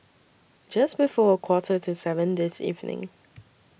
Just before A Quarter to seven This evening